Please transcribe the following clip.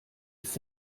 ist